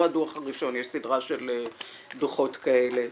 הדוח הראשון אלא יש סדרה של דוחות כאלה.